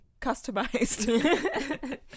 customized